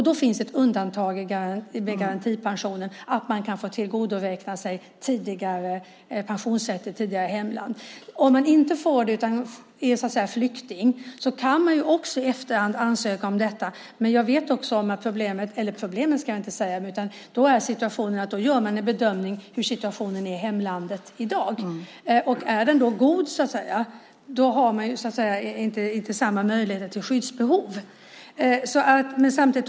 Då finns det ett undantag i garantipensionen som säger att man kan få tillgodoräkna sig pensionsrätter i tidigare hemland. Om man inte får det utan så att säga är flykting så kan man också i efterhand ansöka om detta, men jag vet också om att situationen då är sådan att man gör en bedömning av hur situationen är i hemlandet i dag. Är den då god så har man inte samma möjligheter till skyddsbehov.